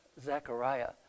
Zechariah